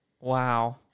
Wow